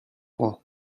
point